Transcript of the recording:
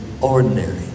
ordinary